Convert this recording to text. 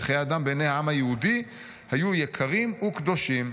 וחיי אדם בעיני העם היהודי היו יקרים וקדושים".